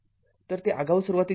तर ते आगाऊ सुरुवातीचे आहे